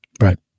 Right